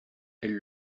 elle